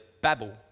babel